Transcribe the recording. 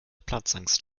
platzangst